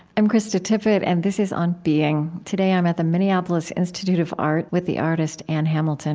i'm krista tippett and this is on being. today i'm at the minneapolis institute of art with the artist ann hamilton